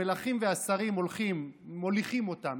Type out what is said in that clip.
המלכים והשרים מוליכים אותם,